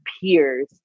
peers